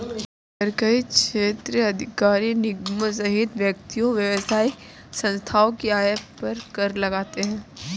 आयकर कई क्षेत्राधिकार निगमों सहित व्यक्तियों, व्यावसायिक संस्थाओं की आय पर कर लगाते हैं